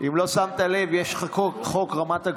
אם לא שמת לב, יש חוק רמת הגולן,